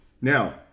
Now